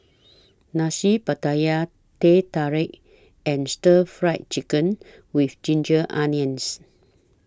Nasi Pattaya Teh Tarik and Stir Fry Chicken with Ginger Onions